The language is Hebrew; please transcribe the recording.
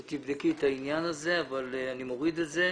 שתבדקי את העניין הזה אבל אני מוריד את זה.